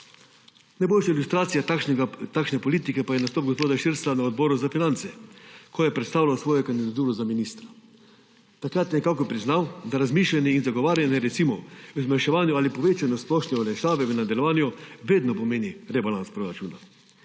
Najboljša ilustracija takšne politike pa je nastop gospoda Širclja na Odboru za finance, ko je predstavljal svojo kandidaturo za ministra. Takrat nekako je priznal, da razmišljanje in zagovarjanje, recimo, o zmanjševanju ali povečanju splošne olajšave v nadaljevanju vedno pomeni rebalans proračuna